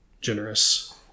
generous